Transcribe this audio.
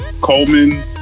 Coleman